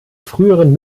früheren